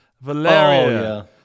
Valeria